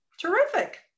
Terrific